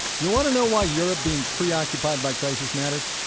you want to know why europe being preoccupied by crisis matters?